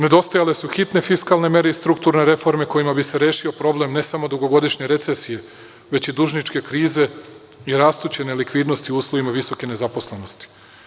Nedostajale su hitne fiskalne mere i strukture reforme kojima bi se rešio problem ne samo dugogodišnje recesije već i dužničke krize i rastuće nelikvidnosti u uslovima visoke nezaposlenosti.